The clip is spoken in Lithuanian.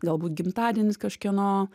galbūt gimtadienis kažkieno